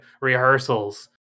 rehearsals